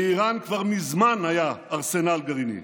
לאיראן כבר מזמן היה ארסנל גרעיני.